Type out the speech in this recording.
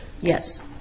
Yes